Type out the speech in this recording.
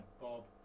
Bob